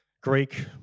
Greek